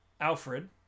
Alfred